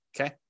okay